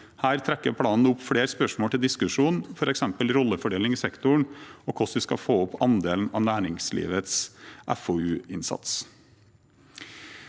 Her trekker planen opp flere spørsmål til diskusjon, f.eks. rollefordeling i sektoren og hvordan vi skal få opp andelen av næringslivets FoU-innsats.